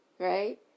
Right